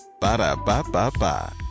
Ba-da-ba-ba-ba